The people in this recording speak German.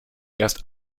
erst